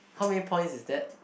how many point is that